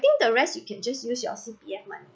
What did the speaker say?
think the rest you can just use your C_P_F money